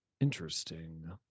interesting